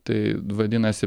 tai vadinasi